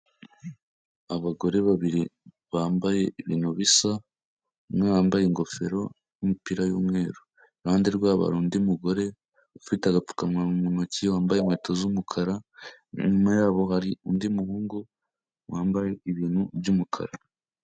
Abagore babiri bambaye ibintu bisa n'uwambaye ingofero n'umupira w'umweru, iruhande rwabo hari undi mugore ufite agapfukama mu ntoki wambaye inkweto z'umukara, inyuma yabo hari undi muhungu wambaye ibintu by'umukara.